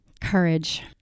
Courage